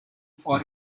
for